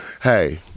Hey